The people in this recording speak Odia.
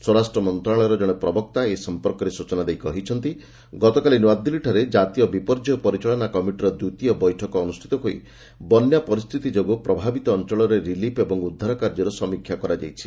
ସ୍ୱରାଷ୍ଟ୍ର ମନ୍ତ୍ରଣାଳୟର ଜଣେ ପ୍ରବକ୍ତା ଏ ସଂପର୍କରେ ସୂଚନା ଦେଇ କହିଛନ୍ତି ଗତକାଲି ନୁଆଦିଲ୍ଲୀଠାରେ ଜାତୀୟ ବିପର୍ଯ୍ୟୟ ପରିଚାଳନା କମିଟିର ଦ୍ୱିତୀୟ ବୈଠକ ଅନୁଷ୍ଠିତ ହୋଇ ବନ୍ୟା ପରିସ୍ଥିତି ଯୋଗୁଁ ପ୍ରଭାବିତ ଅଞ୍ଚଳରେ ରିଲିଫ ଓ ଉଦ୍ଧାର କାର୍ଯ୍ୟର ସମୀକ୍ଷା କରାଯାଇଛି